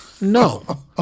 no